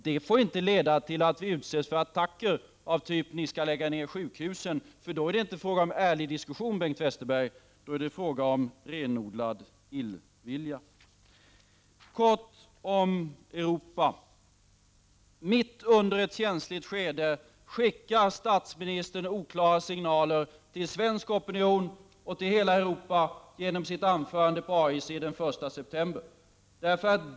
Det får inte leda till att vi utsätts för attacker av typen ”ni tänker lägga ner sjukhusen”, för då är det inte fråga om ärlig diskussion, Bengt Westerberg, då är det fråga om renodlad illvilja. Kort om Europa: Mitt under ett känsligt skede skickar statsministern oklara signaler till svensk opinion och till hela Europa genom sitt anförande på AIC den 1 september.